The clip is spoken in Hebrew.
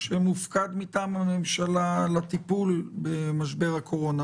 שמופקד מטעם הממשלה על הטיפול במשבר הקורונה,